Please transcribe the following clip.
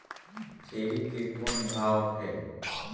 छेरी के कौन भाव हे?